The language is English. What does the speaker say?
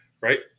Right